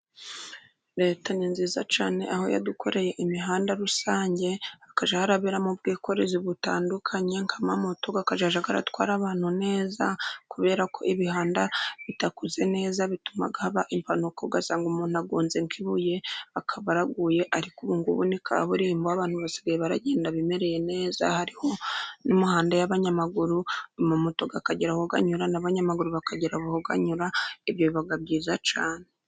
Leta ni nziza cyane aho yadukoreye imihanda rusange hakajya haberamo ubwikorezi butandukanye nk'amamoto akajya atwara abantu neza kubera ko iyo imihanda itakoze neza bituma haba impanuka, ugasanga umuntu agonze nk'ibuye akaba araguye. Ariko ubu bwo ni kaburimbo abantu basigaye bagenda bimereye neza. Hariho n'imihanda y'abanyamaguru, amamoto akagira aho ganyura n'abanyamaguru bakagira aho banyura. Ibyo biba byiza cyane.